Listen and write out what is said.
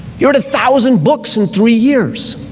you're at a thousand books in three years.